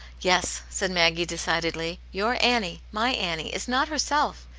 yes, said maggie, decidedly. your annie, my annie, is not herself.